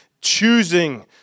choosing